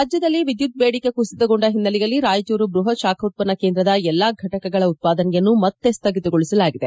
ರಾಜ್ಯದಲ್ಲಿ ವಿದ್ಯುತ್ ಬೇಡಿಕೆ ಕುಸಿತಗೊಂಡ ಹಿನ್ನೆಲೆಯಲ್ಲಿ ರಾಯಚೂರು ಬೃಹತ್ ಶಾಖೋತ್ವನ್ನ ಕೇಂದ್ರದ ಎಲ್ಲ ಘಟಕಗಳ ಉತ್ಪಾದನೆಯನ್ನು ಮತ್ತೆ ಸ್ವಗಿತಗೊಳಿಸಲಾಗಿದೆ